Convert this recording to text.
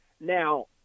Now